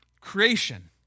creation